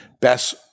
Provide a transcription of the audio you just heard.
best